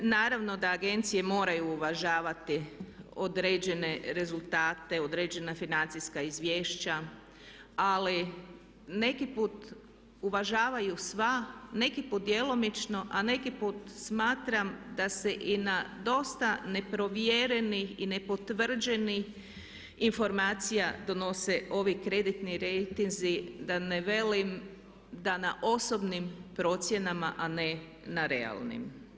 Naravno da agencije moraju uvažavati određene rezultate, određena financijska izvješća ali neki put uvažavaju sva, neki put djelomično a neki put smatram da se i na dosta neprovjerenim i nepotvrđenim informacijama donose ovi kreditni rejtinzi, da ne velim da na osobnim procjenama a ne na realnim.